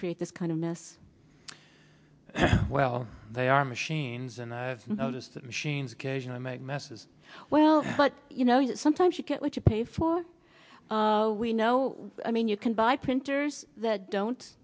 create this kind of mess well they are machines and i notice that machines occasionally make messes well but you know you sometimes you get what you pay for we know i mean you can buy printers that don't